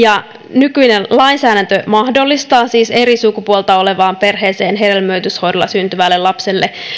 nykyinen lainsäädäntö mahdollistaa siis eri sukupuolta olevan parin perheeseen hedelmöityshoidolla syntyvälle lapselle